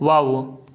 wow